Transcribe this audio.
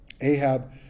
Ahab